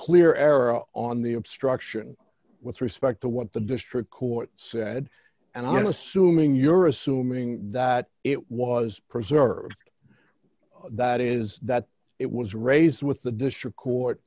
clear error on the obstruction with respect to what the district court said and i'm assuming you're assuming that it was preserved that is that it was raised with the district court